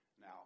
Now